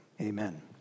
amen